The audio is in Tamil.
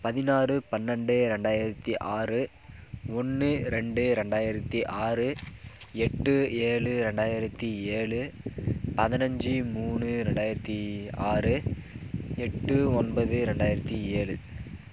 பதினாறு பன்னெண்டு ரெண்டாயிரத்தி ஆறு ஒன்று ரெண்டு ரெண்டாயிரத்தி ஆறு எட்டு ஏழு ரெண்டாயிரத்தி ஏழு பதினஞ்சி மூணு ரெண்டாயிரத்தி ஆறு எட்டு ஒன்பது ரெண்டாயிரத்தி ஏழு